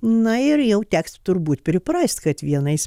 na ir jau teks turbūt priprast kad vienais